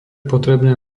potrebné